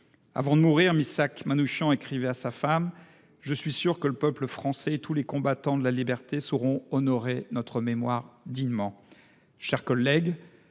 Avant de mourir, Missak Manouchian écrivait à sa femme :« Je suis sûr que le peuple français et tous les combattants de la Liberté sauront honorer notre mémoire clignement. »